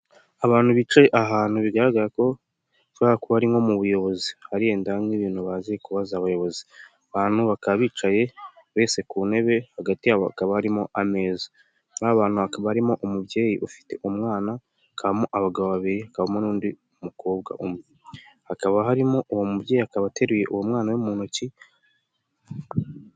Abantu bicaye ahantu bigaragara ko hashobora kuba ari nko mu buyobozi hari wenda nk'ibintu baje kubaza abayobozi, abantu bakaba bicaye buri wese ku ntebe hagati yabo, hakaba harimo ameza, ba bantu hakaba harimo umubyeyi ufite umwana, hakabamo abagabo babiri, hakabamo n'undi mukobwa umwe, harimo uwo mubyeyi akaba ateruye uwo mwana mu ntoki.